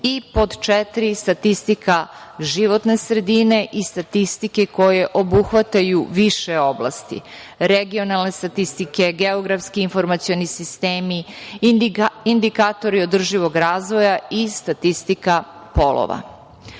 Pod četiri, statistika životne sredine i statistike koje obuhvataju više oblasti – regionalne statistike, geografske, informacioni sistemi, indikatori održivog razvoja i statistika polova. Kada